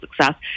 success